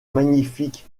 magnifique